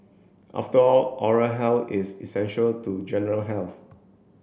after all oral health is essential to general health